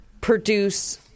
produce